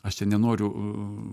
aš čia nenoriu